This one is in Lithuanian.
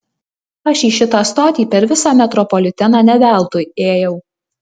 aš į šitą stotį per visą metropoliteną ne veltui ėjau